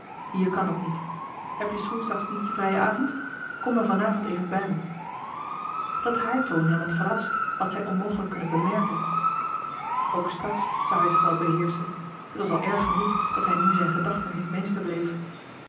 hier kan dat niet heb je s woensdags niet je vrijen avond kom dan van avond even bij mij dat hààr toon hem had verrast had zij onmogelijk kunnen bemerken ook straks zou hij zich wel beheerschen t was al erg genoeg dat hij nu zijn gedachten niet meester bleef